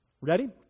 Ready